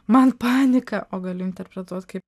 man panika o gal interpretuos kaip